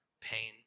pain